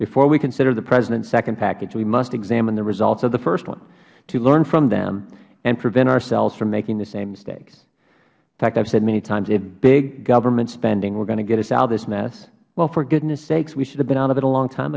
before we consider the president's second package we must examine the results of the first one to learn from that and to prevent ourselves from making the same mistakes i have said many times if big government spending was going to get us out of this mess for goodness sakes we should have been out of it a long time